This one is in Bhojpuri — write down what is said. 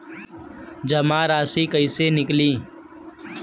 जमा राशि कइसे निकली?